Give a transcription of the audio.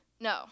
No